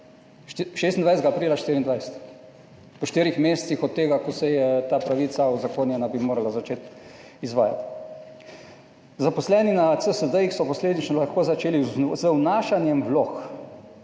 26. aprila 2024, po štirih mesecih od tega, ko se je ta pravica uzakonjena, bi morala začeti izvajati. Zaposleni na CSD so posledično lahko začeli z vnašanjem vlog